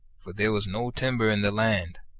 for there was no timber in their land,